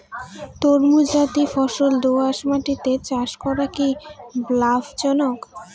তরমুজ জাতিয় ফল দোঁয়াশ মাটিতে চাষ করা কি লাভজনক?